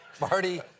Marty